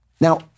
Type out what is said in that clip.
Now